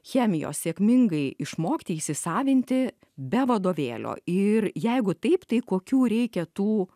chemijos sėkmingai išmokti įsisavinti be vadovėlio ir jeigu taip tai kokių reikia tų